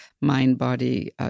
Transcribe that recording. mind-body